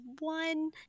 one